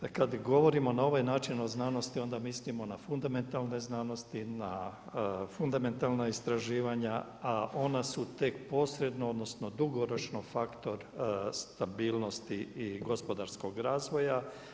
Kad govorimo na ovaj način o znanosti onda mislimo na fundamentalne znanosti, na fundamentalna istraživanja, a ona su tek posredno, odnosno dugoročno faktor stabilnosti i gospodarskog razvoja.